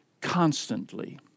constantly